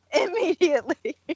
immediately